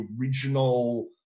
original